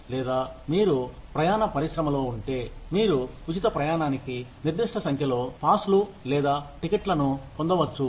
లేదా మీరు ప్రయాణ పరిశ్రమలో ఉంటే మీరు ఉచిత ప్రయాణానికి నిర్దిష్ట సంఖ్యలో పాస్లు లేదా టికెట్లను పొందవచ్చు